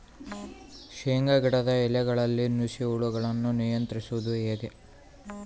ಶೇಂಗಾ ಗಿಡದ ಎಲೆಗಳಲ್ಲಿ ನುಷಿ ಹುಳುಗಳನ್ನು ನಿಯಂತ್ರಿಸುವುದು ಹೇಗೆ?